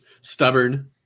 stubborn